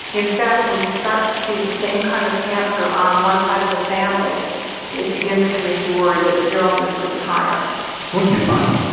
in fact when you start to see the same kind of cancer on one side of the family it begins to make you worry that your own risk could be higher. so what did you find?